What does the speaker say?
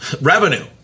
revenue